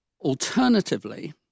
Alternatively